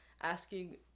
asking